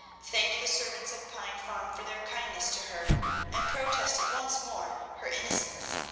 thanked the servants of pine farm for their kindness to her and protested once more her innocence,